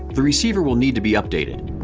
the receiver will need to be updated.